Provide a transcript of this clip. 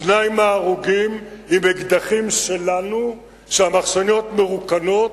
שניים מההרוגים עם אקדחים שלנו שהמחסניות מרוקנות.